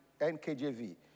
NKJV